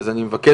אז אני מבקש,